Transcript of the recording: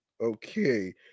Okay